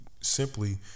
simply